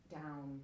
down